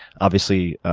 obviously,